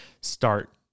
start